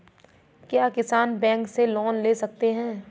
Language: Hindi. क्या किसान बैंक से लोन ले सकते हैं?